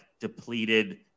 depleted